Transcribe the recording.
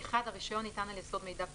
הרישיון ניתן על יסוד מידע כוזב,